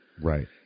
Right